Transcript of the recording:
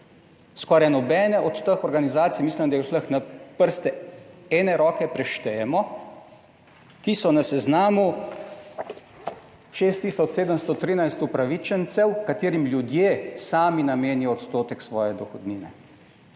skoraj nobene od teh organizacij, mislim da jih vseh na prste ene roke preštejemo, ki so na seznamu 6 tisoč 713 upravičencev, katerim ljudje sami namenijo odstotek svoje dohodnine